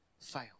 fail